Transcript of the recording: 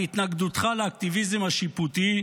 על התנגדותך לאקטיביזם השיפוטי,